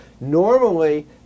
normally